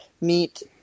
meet